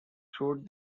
showed